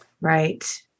right